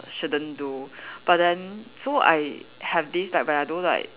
shouldn't do but then so I have this like where I do like